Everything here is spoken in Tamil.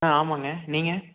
ஆ ஆமாங்க நீங்கள்